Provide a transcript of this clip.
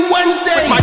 Wednesday